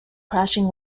crashing